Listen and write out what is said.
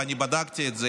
וגם בדקתי את זה,